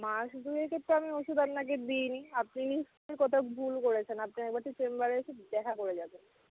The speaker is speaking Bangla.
মাস দুয়েকের তো আমি ওষুধ আপনাকে দিই নি আপনি নিশ্চয়ই কোথাও ভুল করেছেন আপনি একবারটি চেম্বারে এসে দেখা করে যাবেন